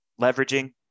leveraging